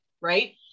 Right